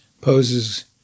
poses